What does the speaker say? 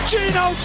Geno